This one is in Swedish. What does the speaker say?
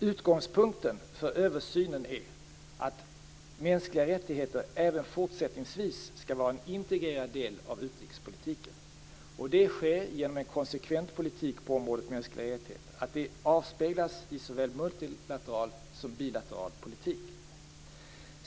Utgångspunkten för översynen är att mänskliga rättigheter även fortsättningsvis skall vara en integrerad del av utrikespolitiken. Det sker genom att en konsekvent politik på området mänskliga rättigheter avspeglar sig i såväl multilateral som bilateral politik.